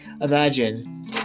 imagine